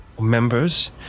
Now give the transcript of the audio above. Members